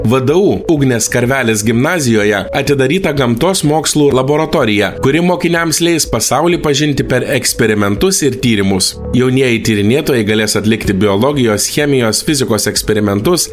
vdu ugnės karvelis gimnazijoje atidaryta gamtos mokslų laboratorija kuri mokiniams leis pasaulį pažinti per eksperimentus ir tyrimus jaunieji tyrinėtojai galės atlikti biologijos chemijos fizikos eksperimentus